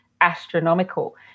astronomical